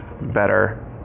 better